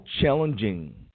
challenging